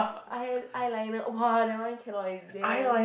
eye eyeliner !wah! that one cannot it's damn